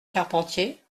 carpentier